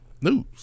News